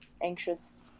anxious